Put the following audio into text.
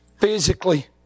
physically